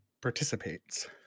participates